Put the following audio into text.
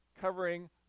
covering